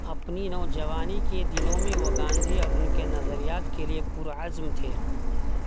اپنی نوجوانی کے دنوں میں وہ گاندھی اور ان کے نظریات کے لیے پرعزم تھے